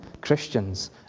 Christians